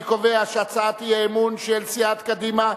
אני קובע שהצעת האי-אמון של סיעת קדימה,